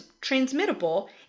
transmittable